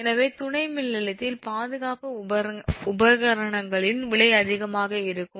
எனவே துணை மின் நிலையத்தில் பாதுகாப்பு உபகரணங்களின் விலை அதிகமாக இருக்கும்